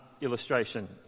illustration